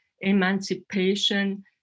emancipation